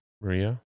Maria